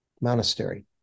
Monastery